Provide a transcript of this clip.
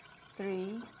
three